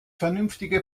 vernünftige